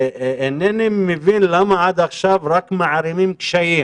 אינני מבין למה עד עכשיו רק מערימים קשיים